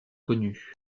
connus